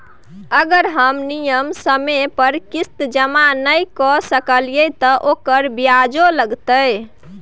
अगर हम नियत समय पर किस्त जमा नय के सकलिए त ओकर ब्याजो लगतै?